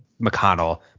McConnell